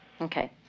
Okay